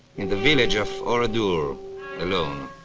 in the village of oradour alone,